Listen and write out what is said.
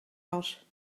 was